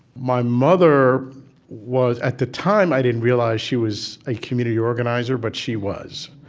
my mother was at the time, i didn't realize she was a community organizer, but she was.